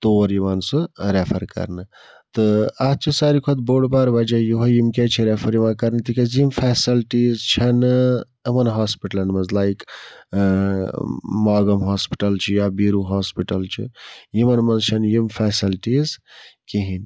تور یِوان سُہ رٮ۪فَر کَرنہٕ تہٕ اَتھ چھِ ساروی کھۄتہٕ بٔڑ بار وجہ یِہوٚے یِم کیٛازِ چھِ رٮ۪فَر یِوان کَرنہٕ تِکیٛازِ یِم فٮ۪سَلٹیٖز چھَنہٕ یِمَن ہاسپِٹلَن منٛز لایِک ماگم ہاسپِٹَل چھِ یا بیٖروٗ ہاسپِٹَل چھِ یِمَن منٛز چھَنہٕ یِم فٮ۪سَلٹیٖز کِہیٖنۍ